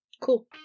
Cool